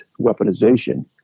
weaponization